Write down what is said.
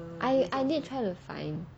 I I did try to find